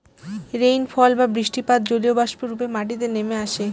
rainfall বা বৃষ্টিপাত জলীয়বাষ্প রূপে মাটিতে নেমে আসে